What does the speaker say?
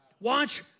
Watch